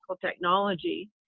technology